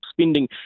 spending